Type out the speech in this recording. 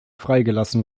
freigelassen